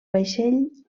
vaixell